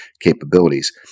capabilities